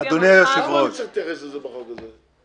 לפי המאוחר --- למה אני צריך להתייחס לזה בחוק הזה?